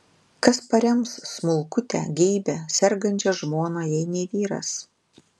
kas parems smulkutę geibią sergančią žmoną jei ne vyras